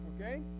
okay